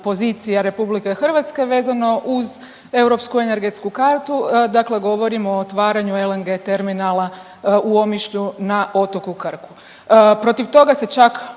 pozicija Republike Hrvatske vezano uz europsku energetsku kartu, dakle govorimo o otvaranju LNG terminala u Omišlju na otoku Krku. Protiv toga se čak